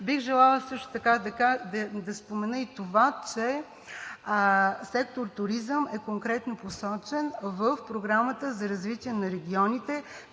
Бих желала също така да спомена и това, че сектор „Туризъм“ е конкретно посочен в Програмата за развитие на регионите,